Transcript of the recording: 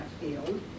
field